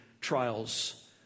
trials